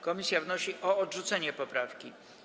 Komisja wnosi o odrzucenie poprawki.